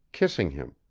kissing him,